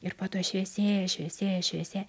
ir po to šviesėja šviesėja šviesėja